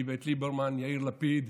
איווט ליברמן, יאיר לפיד,